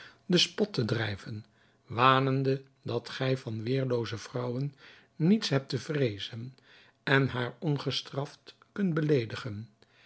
den spot te drijven wanende dat gij van weêrlooze vrouwen niets hebt te vreezen en haar ongestraft kunt beleedigen